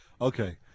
Okay